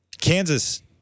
Kansas